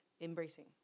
embracing